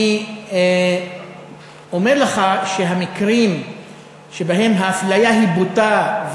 אני אומר לך שהמקרים שבהם האפליה היא בוטה,